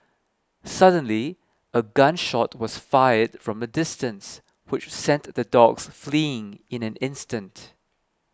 suddenly a gun shot was fired from a distance which sent the dogs fleeing in an instant